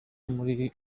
muri